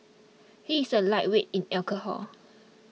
he is a lightweight in alcohol